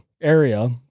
area